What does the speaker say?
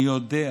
אני יודע